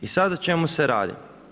I sad, o čemu se radi?